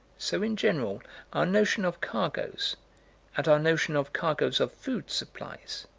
so in general our notion of cargoes and our notion of cargoes of food supplies